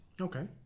Okay